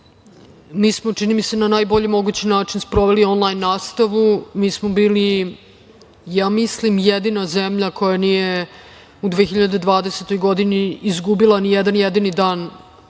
mi smo čini mi se na najbolji mogući način sproveli onlajn nastavu. Mi smo bili ja mislim jedina zemlja koja nije u 2020. godini izgubila nijedan jedini dan